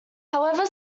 however